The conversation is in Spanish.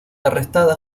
arrestada